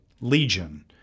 Legion